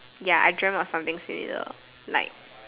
ya I dreamt of something similar like